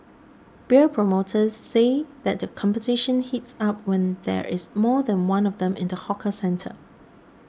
beer promoters say that the competition heats up when there is more than one of them in the hawker centre